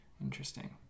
Interesting